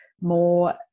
more